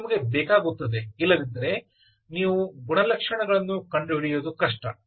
ಆದ್ದರಿಂದ ನಿಮಗೆ ಇದು ಬೇಕಾಗುತ್ತದೆ ಇಲ್ಲದಿದ್ದರೆ ನೀವು ಗುಣಲಕ್ಷಣಗಳನ್ನು ಕಂಡುಹಿಡಿಯುವುದು ಕಷ್ಟ